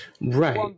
Right